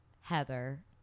heather